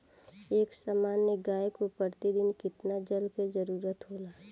एक सामान्य गाय को प्रतिदिन कितना जल के जरुरत होला?